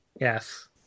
Yes